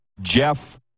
Jeff